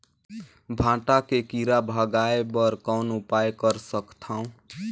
भांटा के कीरा भगाय बर कौन उपाय कर सकथव?